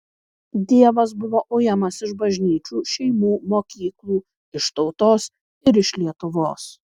dievas buvo ujamas iš bažnyčių šeimų mokyklų iš tautos ir iš lietuvos